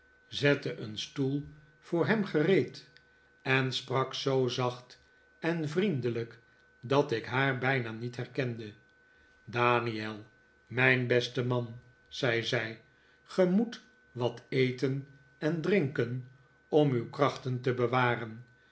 zette een stoel voor hem gereed en sprak zoo zacht en vriendelijk dat ik haar bijna niet herkende daniel mijn beste man zei zij ge moet wat eten en drinken om uw krachten te bewaren